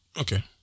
Okay